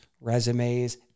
resumes